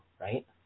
right